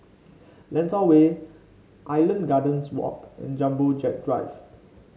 Lentor Way Island Gardens Walk and Jumbo Jet Drive